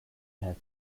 had